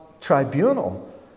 tribunal